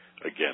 again